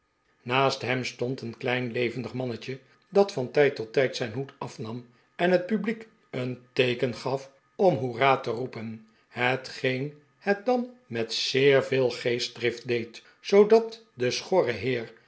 naast hem stond een klein levendig mannetje dat van tijd tot tijd zijn hoed afnam en het publiek een teeken gaf om hoera te roepen hetgeen het dan met zeer veel geestdrift deed zoodat de schorre heer